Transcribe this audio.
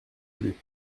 plus